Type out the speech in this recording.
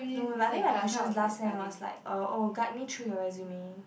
no I think my question last sem was like oh guide me through your resume